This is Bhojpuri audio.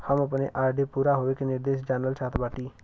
हम अपने आर.डी पूरा होवे के निर्देश जानल चाहत बाटी